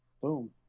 Boom